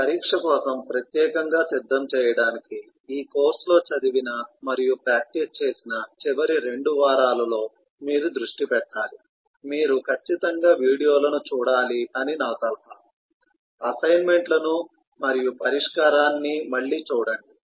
మీ పరీక్ష కోసం ప్రత్యేకంగా సిద్ధం చేయడానికి ఈ కోర్సులో చదివిన మరియు ప్రాక్టీస్ చేసిన చివరి రెండు వారాలలో మీరు దృష్టి పెట్టాలి మీరు ఖచ్చితంగా వీడియోలను చూడాలి అని నా సలహ అసైన్మెంట్ లను మరియు పరిష్కారాన్ని మళ్ళీ చూడండి